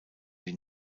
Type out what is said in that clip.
die